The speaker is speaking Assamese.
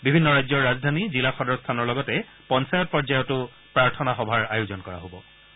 বিভিন্ন ৰাজ্যৰ ৰাজধানী জিলা সদৰ স্থানৰ লগতে পঞ্চায়ত পৰ্যায়তো প্ৰাৰ্থনা সভাৰ আয়োজন কৰা হ'ব